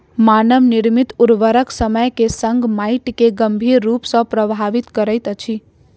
मानव निर्मित उर्वरक समय के संग माइट के गंभीर रूप सॅ प्रभावित करैत अछि